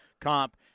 comp